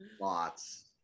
lots